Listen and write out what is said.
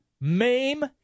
maim